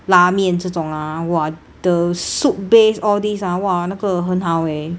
拉面这种 ah !wah! the soup base all this ah !wah! 那个很好 eh